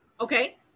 Okay